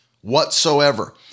whatsoever